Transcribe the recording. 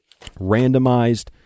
Randomized